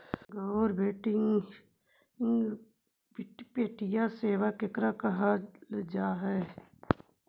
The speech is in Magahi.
गैर बैंकिंग वित्तीय सेबा केकरा कहल जा है?